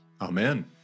Amen